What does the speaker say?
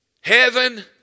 Heaven